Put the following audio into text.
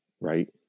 right